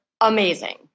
amazing